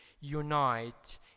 unite